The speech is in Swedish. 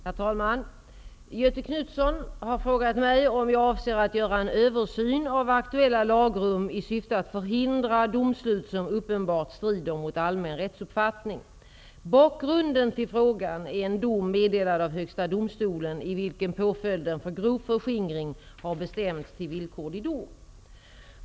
Herr talman! Göthe Knutson har frågat mig om jag avser att göra en översyn av aktuella lagrum i syfte att förhindra domslut som uppenbart strider mot allmän rättsuppfattning. Bakgrunden till frågan är en dom meddelad av Högsta domstolen i vilken påföljden för grov förskingring har bestämts till villkorlig dom.